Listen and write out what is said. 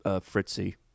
Fritzy